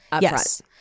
yes